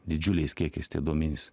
didžiuliais kiekiais tie duomenys